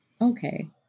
okay